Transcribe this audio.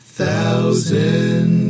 thousand